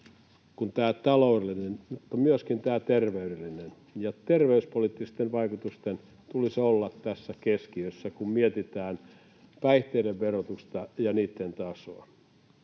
kuin tämä taloudellinen — myöskin terveydellisen näkökulman ja terveyspoliittisten vaikutusten tulisi olla tässä keskiössä, kun mietitään päihteiden verotusta ja niitten tasoa.